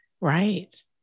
Right